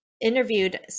interviewed